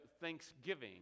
thanksgiving